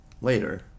Later